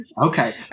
Okay